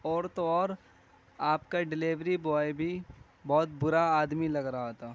اور تو اور آپ کا ڈیلیوری بوائے بھی بہت برا آدمی لگ رہا تھا